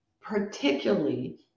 particularly